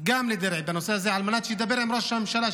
גם לדרעי בנושא הזה על מנת שידבר עם ראש הממשלה,